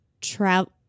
travel